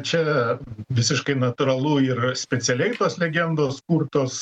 čia visiškai natūralu yra specialiai tos legendos kurtos